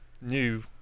new